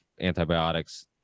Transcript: antibiotics